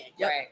Right